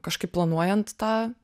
kažkaip planuojant tą